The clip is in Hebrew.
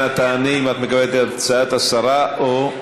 אנא תעני אם את מקבלת את הצעת השרה או,